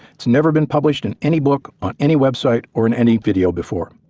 it's never been published in any book on any website or in any video before.